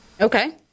okay